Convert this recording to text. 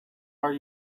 are